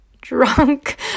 drunk